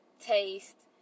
taste